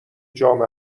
جام